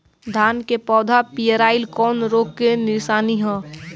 धान के पौधा पियराईल कौन रोग के निशानि ह?